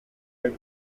les